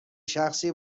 شخصی